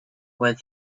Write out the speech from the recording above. where